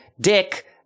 Dick